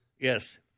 Yes